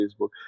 Facebook